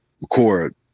record